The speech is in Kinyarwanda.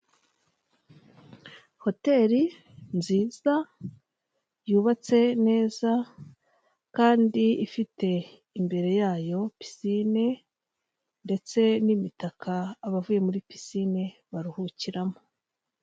Hoteri nziza yubatse neza kandi ifite imbere yayo pisine ndetse n'imitaka abavuye muri pisine baruhukiramo.